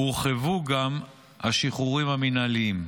הורחבו גם השחרורים המינהליים.